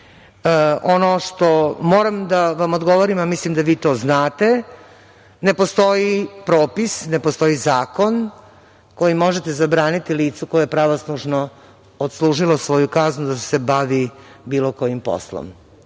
što moram da vam odgovorim, a mislim da vi to znate, ne postoji propis, ne postoji zakon kojim možete zabraniti licu koje je pravosnažno odslužilo svoju kaznu da se bavi bilo kojim poslom.